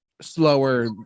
slower